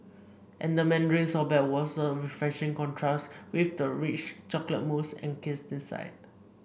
and the mandarin sorbet was a refreshing contrast with the rich chocolate mousse encased inside